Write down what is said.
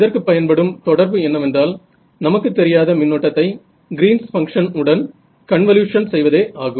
இதற்குப் பயன்படும் தொடர்பு என்னவென்றால் நமக்கு தெரியாத மின்னோட்டத்தை கிரீன்ஸ் பங்ஷன் Green's function உடன் கன்வல்யூஷன் செய்வதே ஆகும்